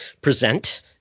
present